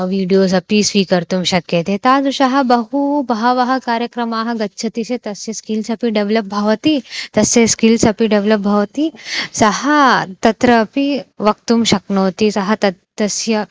videos अपि स्वीकर्तुं शक्यते तादृशः बहु बहवः कार्यक्रमान् गच्छति चेत् तस्य स्किल्स् अपि डेवलप् भवति तस्य स्किल्स् अपि डेवलप् भवति सः तत्र अपि वक्तुं शक्नोति सः तत् तस्य